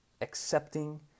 accepting